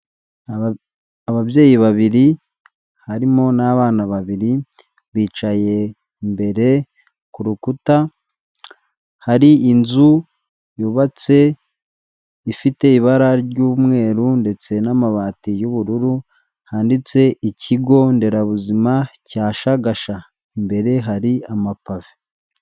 Ababyeyi babiri harimo n'abana babiri bicaye imbere ku rukuta, hari inzu yubatse ifite ibara ry'umweru ndetse n'amabati y'ubururu, handitse ikigonderabuzima cya Shagasha, imbere hari amapave.